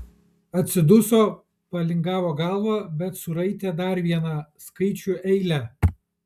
atsiduso palingavo galvą bet suraitė dar vieną skaičių eilę